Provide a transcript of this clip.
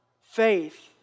faith